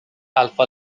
alpha